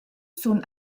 sun